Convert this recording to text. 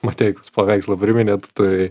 mateikos paveikslą priminėt tai